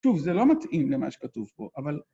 שוב, זה לא מתאים למה שכתוב פה, אבל...